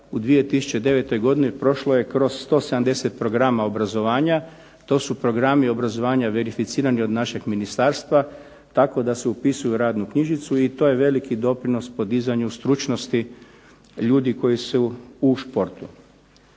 u 2009. godini prošlo je kroz 170 programa obrazovanja. To su programi obrazovanja verificirani od našeg ministarstva tako da se upisuju u radnu knjižicu i to je veliki doprinos podizanju stručnosti ljudi koji su u športu.